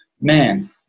man